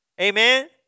Amen